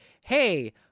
Hey